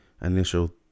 initial